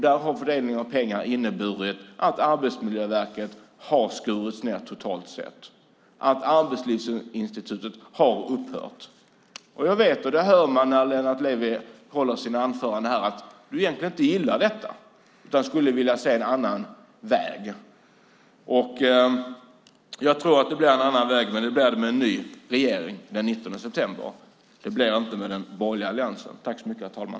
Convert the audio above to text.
Där har fördelningen av pengar inneburit att Arbetsmiljöverket har skurits ned totalt sett och att Arbetslivsinstitutet har upphört. Jag vet att Lennart Levi egentligen inte gillar detta, för det hör man när du håller dina anföranden, utan skulle vilja se en annan väg. Jag tror att det blir en annan väg, men det blir det med en ny regering den 19 september. Det blir det inte med den borgerliga alliansen.